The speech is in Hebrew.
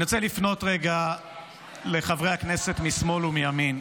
אני רוצה לפנות לרגע לחברי הכנסת משמאל ומימין.